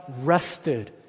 rested